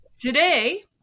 Today